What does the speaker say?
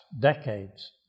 decades